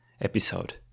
episode